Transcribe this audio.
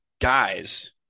guys